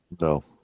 No